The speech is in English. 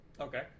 Okay